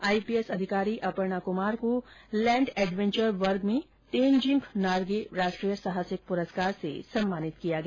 IPS अधिकारी अपर्णा कुमार को land adventure वर्ग में तेनजिंग नार्गे राष्ट्रीय साहसिक पुरस्कार से सम्मानित किया गया